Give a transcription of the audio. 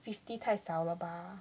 fifty 太少了吧